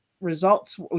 results